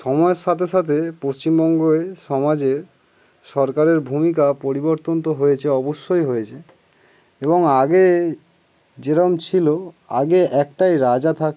সময়ের সাথে সাথে পশ্চিমবঙ্গে সমাজে সরকারের ভূমিকা পরিবর্তন তো হয়েছে অবশ্যই হয়েছে এবং আগে যেরকম ছিল আগে একটাই রাজা থাকতো